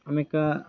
ಆಮ್ಯಾಕೆ